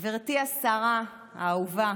גברתי השרה האהובה,